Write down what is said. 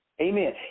amen